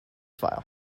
file